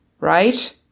right